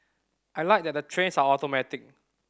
I like that the trains are automatic